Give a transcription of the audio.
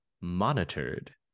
monitored